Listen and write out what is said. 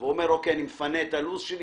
אם הוא יכול לשחרר לו את זה לפני ה-30 יום.